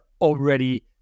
already